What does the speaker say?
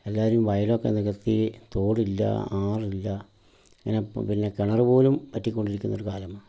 എല്ലാവരും വയലൊക്കെ നികത്തി തോടില്ലാ ആറില്ല പിന്നെ പിന്നെ കിണർ പോലും വറ്റി കൊണ്ടിരിക്കുന്നൊരു കാലമാണ്